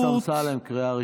חבר הכנסת אמסלם, תודה רבה.